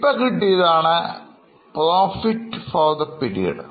ഇപ്പോൾ കിട്ടിയതാണ് profit for the period